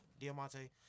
Diamante